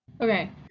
Okay